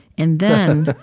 and then,